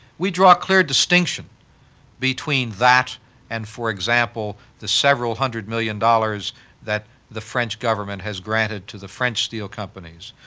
we draw clear distinction between that and, for example, the several hundred-million dollars that the french government has granted to the french steel companies,